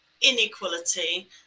inequality